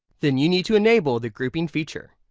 then you need to enable the grouping feature.